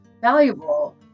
valuable